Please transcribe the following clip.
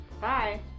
Bye